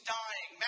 dying